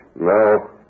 No